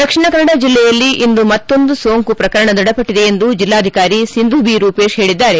ದಕ್ಷಿಣ ಕನ್ನಡ ಜಿಲ್ಲೆಯಲ್ಲಿ ಇಂದು ಮತ್ತೊಂದು ಸೋಂಕು ಪ್ರಕರಣ ದೃಢಪಟ್ಟದೆ ಎಂದು ಜಿಲ್ಲಾಧಿಕಾರಿ ಸಿಂಧು ಬಿ ರೂಪೇಶ್ ಹೇಳಿದ್ದಾರೆ